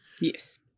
Yes